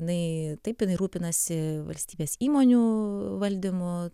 jinai taip rūpinasi valstybės įmonių valdymu